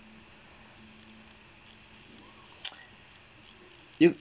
you